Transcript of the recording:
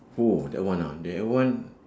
oh that one ah that one